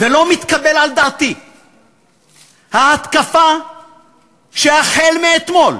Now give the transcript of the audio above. ולא מתקבלת על דעתי ההתקפה שהחל מאתמול